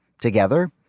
Together